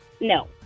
No